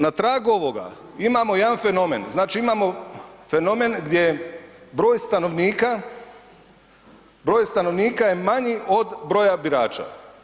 Na tragu ovoga imamo jedan fenomen, znači imamo fenomen gdje broj stanovnika, broj stanovnika je manji od broja birača.